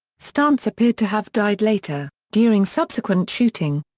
stuntz appeared to have died later, during subsequent shooting.